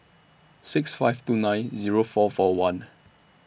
six five two nine Zero four four one